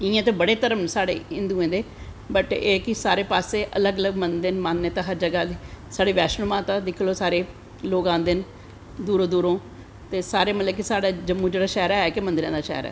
इयां ते बड़े धर्म न साढ़े हिन्दुएं दे लेकिन एह् ऐ कि हर पास्सै अलग अलग मन्दर न मतलव मान्यता हर जगाह् ऐ साढ़ी बैष्णो माता दिक्खी लैओ सारे लोग आंदे न दूरों दूरों ते साढ़ा सारा मतलव कि शैह्र है गै मन्दरें दा शैह्र ऐ